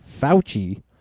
Fauci